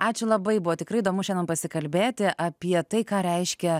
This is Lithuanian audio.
ačiū labai buvo tikrai įdomu šiandien pasikalbėti apie tai ką reiškia